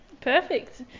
Perfect